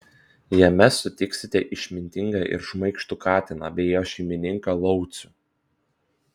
jame sutiksite išmintingą ir šmaikštų katiną bei jo šeimininką laucių